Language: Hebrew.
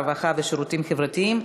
הרווחה והשירותים החברתיים,